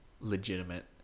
legitimate